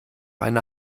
eine